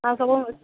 ହଁ ସବୁ